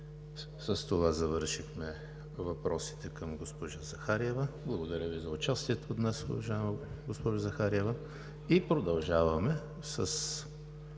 С това завършихме въпросите към госпожа Захариева. Благодаря Ви за участието днес, уважаема госпожо Захариева. Продължаваме с